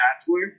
Bachelor